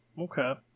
Okay